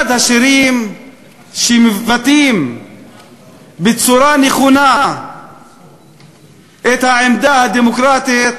אחד השירים שמבטאים בצורה נכונה את העמדה הדמוקרטית